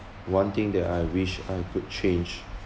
one thing that I wish I could change